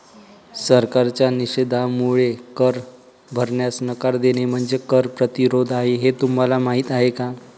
सरकारच्या निषेधामुळे कर भरण्यास नकार देणे म्हणजे कर प्रतिरोध आहे हे तुम्हाला माहीत आहे का